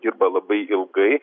dirba labai ilgai